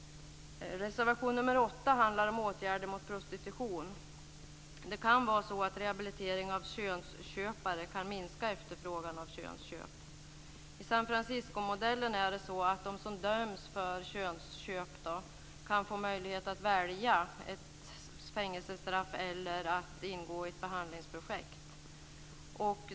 Reservation nr 8 handlar om åtgärder mot prostitution. Det kan vara så att rehabilitering av könsköpare kan minska efterfrågan på könsköp. I San Francisco-modellen kan de som döms för könsköp få möjlighet att välja ett fängelsestraff eller att ingå i ett behandlingsprojekt.